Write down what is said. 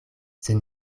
sed